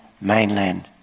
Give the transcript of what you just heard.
mainland